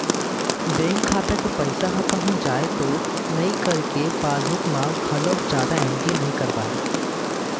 bank खाता के पइसा ह कहूँ जाए तो नइ करके पासबूक म घलोक जादा एंटरी नइ करवाय